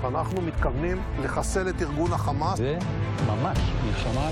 הישיבה הבאה תתקיים מחר, יום חמישי ב'